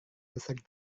besar